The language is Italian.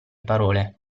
parole